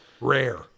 rare